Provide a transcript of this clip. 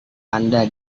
anda